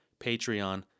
Patreon